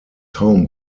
home